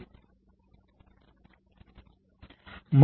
త్వరలో